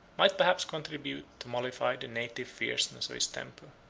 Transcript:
might perhaps contribute to mollify the native fierceness of his temper.